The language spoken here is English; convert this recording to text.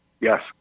Yes